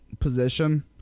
position